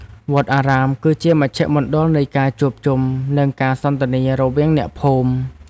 វត្តអារាមគឺជាមជ្ឈមណ្ឌលនៃការជួបជុំ និងការសន្ទនារវាងអ្នកភូមិ។